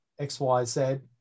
xyz